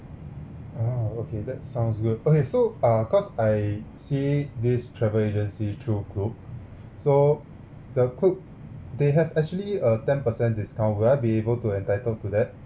oh okay that sounds good okay so ah cause I see this travel agency through Klook so the Klook they have actually a ten percent discount will I be able to entitled to that